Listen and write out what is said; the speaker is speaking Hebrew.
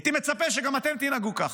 הייתי מצפה שגם אתם תנהגו ככה,